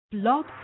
Blog